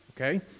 okay